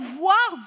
voir